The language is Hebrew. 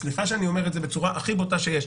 סליחה שאני אומר את זה בצורה הכי בוטה שיש.